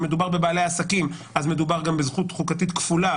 אם מדובר על בעלי עסקים אז מדובר גם בזכות חוקתית כפולה,